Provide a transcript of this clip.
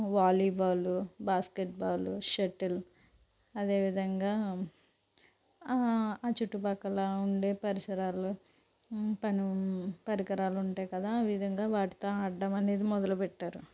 volleyball basketball shuttle అదేవిధంగా ఆ చుట్టుపక్కల ఉండే పరిసరాలు పని పరికరాలుంటాయి కదా ఆ విధంగా వాటితో ఆడడం అనేది మొదలుపెట్టారు